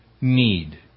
need